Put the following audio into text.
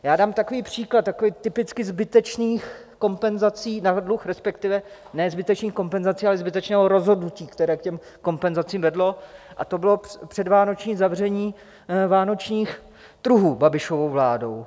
Já dám takový příklad takových typicky zbytečných kompenzací na dluh, respektive ne zbytečných kompenzací, ale zbytečného rozhodnutí, které k těm kompenzacím vedlo, a to bylo předvánoční zavření vánočních trhů Babišovou vládou.